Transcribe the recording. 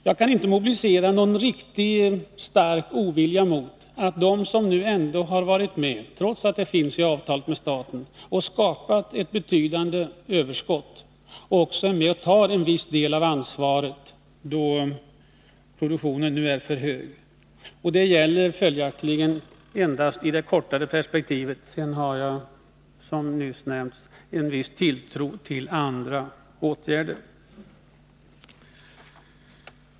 Jag kan inte mobilisera någon riktigt stark ovilja mot att de som nu ändå har varit med — trots att det finns i avtalet med staten — och skapat ett betydande överskott också är med och tar en viss del av ansvaret, då produktionen nu är för hög. Det gäller självfallet endast i det kortare perspektivet — sedan har jag, som nyss nämnts, en viss tilltro till andra åtgärder.